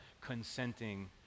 consenting